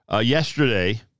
yesterday